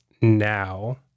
now